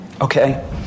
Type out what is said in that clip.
Okay